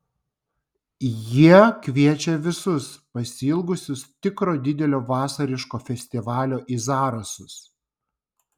jie kviečia visus pasiilgusius tikro didelio vasariško festivalio į zarasus